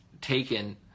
taken